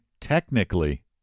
technically